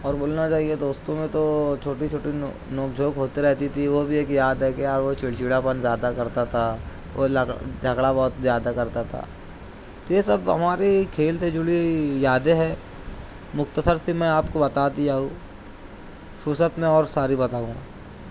اور بولنا چاہیے دوستوں میں تو چھوٹی چھوٹی نو نوک جھوک ہوتی رہتی تھی وہ بھی ایک یاد ہے کہ یار وہ چڑچڑا پن زیادہ کرتا تھا وہ جھگڑا بہت زیادہ کرتا تھا تو یہ سب ہمارے کھیل سے جڑی ہوئی یادیں ہیں مختصر سی میں آپ کو بتا دیا ہوں فرصت میں اور ساری بتاؤں گا